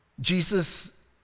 Jesus